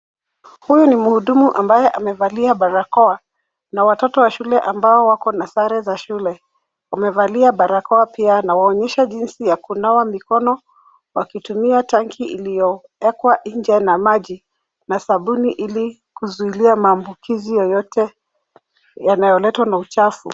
Huyu ni mhudumu ambaye amevalia barakoa, na watoto wa shule ambao wako na sare za shule. Wamevalia barakoa pia na waonyesha jinsi ya kunawa mikono wakitumia tanki iliyowekwa nje na maji na sabuni ili kuzuilia maambukizi yoyote yanayoletwa na uchafu.